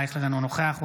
אינו נוכח ישראל אייכלר,